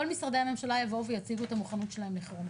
כל משרדי הממשלה יבואו ויציגו את המוכנות שלהם לחירום.